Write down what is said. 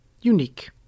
unique